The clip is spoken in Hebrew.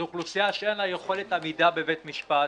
זו אוכלוסייה שאין לה יכולת עמידה בבית משפט,